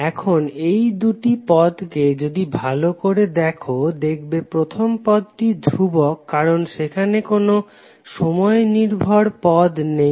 এখন এই দুটি পদ কে যদি ভালো করে দেখো দেখবে প্রথম পদটি ধ্রুবক কারণ সেখানে কোনো সময় নির্ভর পদ নেই